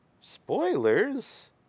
Spoilers